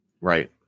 Right